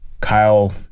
Kyle